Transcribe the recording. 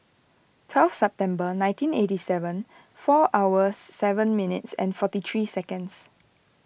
twelfth September nineteen eighty seven four hours seven minutes and forty three seconds